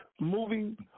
moving